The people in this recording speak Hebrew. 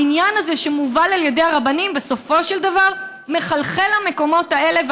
העניין הזה שמובל על ידי רבנים בסופו של דבר מחלחל למקומות אלה,